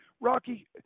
Rocky